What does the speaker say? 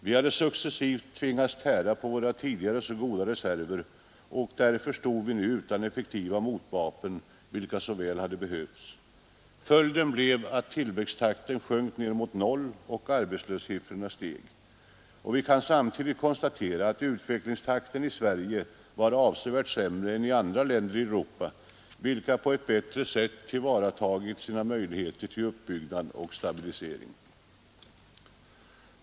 Vi hade successivt tvingats tära på våra tidigare så goda reserver, och därför stod vi nu utan effektiva motvapen, vilka så väl hade behövts. Följden blev att tillväxttakten sjönk ned mot noll och arbetslöshetssiffrorna steg. Vi kan samtidigt konstatera att utvecklingstakten i Sverige var avsevärt sämre än i andra länder i Europa, vilka på ett bättre sätt tillvaratagit sina möjligheter till uppbyggnad och stabilisering.